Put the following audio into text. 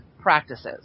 practices